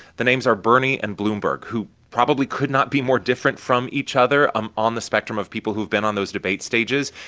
the names are bernie and bloomberg, who probably could not be more different from each other um on the spectrum of people who've been on those debate stages.